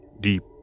deep